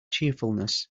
cheerfulness